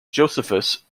josephus